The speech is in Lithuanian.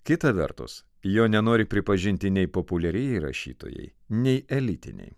kita vertus jo nenori pripažinti nei populiarieji rašytojai nei elitiniai